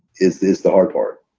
is this the hard part?